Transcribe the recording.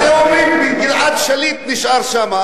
אתם אומרים: גלעד שליט נשאר שם.